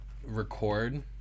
Record